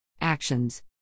Actions